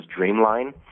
Dreamline